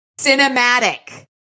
cinematic